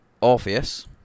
Orpheus